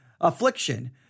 affliction